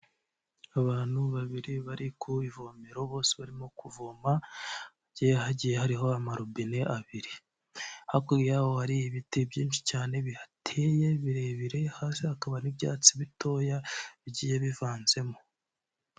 Abantu babiri bari ku ivomero bose barimo kuvoma hagiye hariho amarobine abiri, hakurya yaho hari ibiti byinshi cyane bihateye birebire, hasi hakaba n'ibyatsi bitoya bigiye bivanzemo.